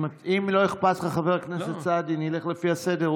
אם לא אכפת לך, חבר הכנסת סעדי, נלך לפי הסדר.